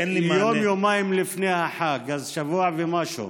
יום-יומיים לפני החג, אז זה שבוע ומשהו.